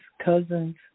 Cousins